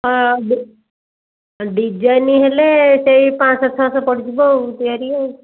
ହଁ ଡି ଡିଜାଇନ୍ ହେଲେ ସେହି ପାଞ୍ଚଶହ ଛଅଶହ ପଡ଼ିଯିବ ଆଉ ତିଆରି ଆଉ